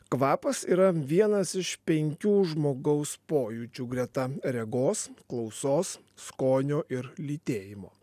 kvapas yra vienas iš penkių žmogaus pojūčių greta regos klausos skonio ir lytėjimo